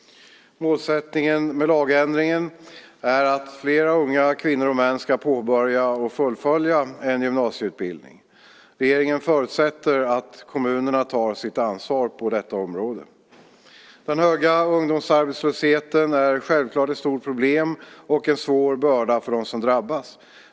Målsättningen med lagändringen är att fler unga kvinnor och män ska påbörja och fullfölja en gymnasieutbildning. Regeringen förutsätter att kommunerna tar sitt ansvar på detta område. Den höga ungdomsarbetslösheten är självklart ett stort problem och en svår börda för dem som drabbas.